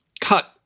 cut